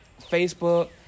Facebook